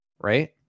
right